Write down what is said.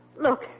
Look